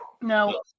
no